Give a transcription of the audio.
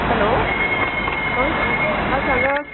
hello हय सांग आ सांगात